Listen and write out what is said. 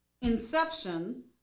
inception